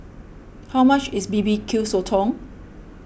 how much is B B Q Sotong